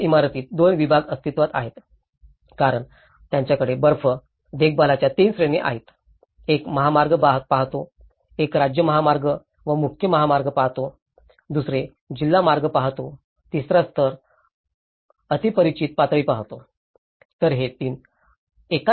एकाच इमारतीत दोन विभाग अस्तित्त्वात आहेत कारण त्यांच्याकडे बर्फ देखभालच्या 3 श्रेणी आहेत एक महामार्ग पाहतो एक राज्य महामार्ग व मुख्य महामार्ग पाहतो दुसरे जिल्हा मार्ग पाहतो तिसरा स्तर अतिपरिचित पातळी पाहतो